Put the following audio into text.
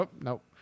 nope